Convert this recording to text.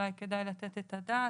אוי כדי לתת את הדעת,